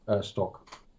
stock